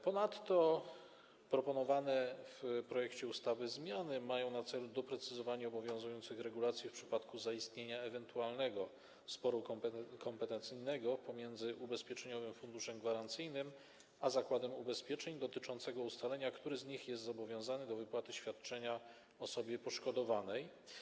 Ponadto proponowane w projekcie ustawy zmiany mają na celu doprecyzowanie obowiązujących regulacji w przypadku zaistnienia ewentualnego sporu kompetencyjnego pomiędzy Ubezpieczeniowym Funduszem Gwarancyjnym a zakładem ubezpieczeń, dotyczącego ustalenia, który z nich jest zobowiązany do wypłaty świadczenia osobie poszkodowanej.